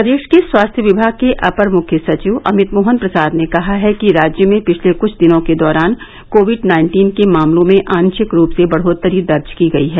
प्रदेश के स्वास्थ्य विभाग के अपर मुख्य सचिव अमित मोहन प्रसाद ने कहा है कि राज्य में पिछले कुछ दिनों के दौरान कोविड नाइन्टीन के मामलों में आशिक रूप से बढ़ोत्तरी दर्ज की गयी है